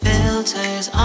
Filters